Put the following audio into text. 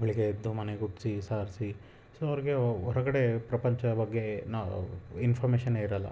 ಬೆಳಿಗ್ಗೆ ಎದ್ದು ಮನೆ ಗುಡಿಸಿ ಸಾರಿಸಿ ಸೊ ಅವ್ರಿಗೆ ಹೊ ಹೊರಗಡೆ ಪ್ರಪಂಚ ಬಗ್ಗೆ ನಾ ಇನ್ಫರ್ಮೇಶನ್ನೇ ಇರೋಲ್ಲ